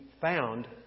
found